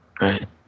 right